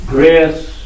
Grace